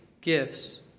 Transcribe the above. gifts